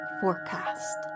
forecast